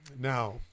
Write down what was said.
Now